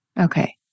Okay